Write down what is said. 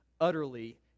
utterly